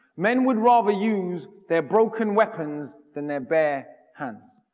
men would rather use their broken weapons than their bare hands.